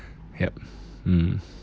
yup mm